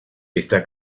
está